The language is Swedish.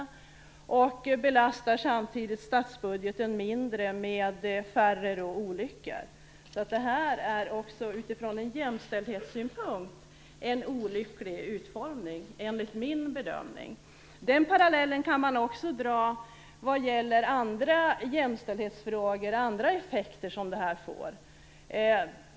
Samtidigt belastar de statsbudgeten mindre med färre olyckor. Det är en olycklig utformning också ur en jämställdhetssynpunkt, enligt min bedömning. Man kan också dra parallellen med andra effekter på jämställdhetsfrågorna som detta får.